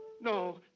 No